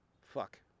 Fuck